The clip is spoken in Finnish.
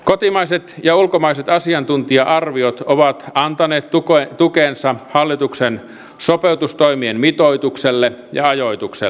kotimaiset ja ulkomaiset asiantuntija arviot ovat antaneet tukensa hallituksen sopeutustoimien mitoitukselle ja ajoitukselle